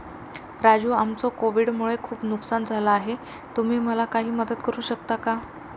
राजू आमचं कोविड मुळे खूप नुकसान झालं आहे तुम्ही मला काही मदत करू शकता का?